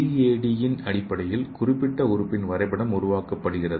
சிஏடியின் அடிப்படையில் குறிப்பிட்ட உறுப்பின் வரைபடம் உருவாக்கப்படுகிறது